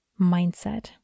mindset